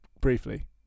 briefly